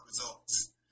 results